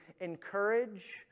encourage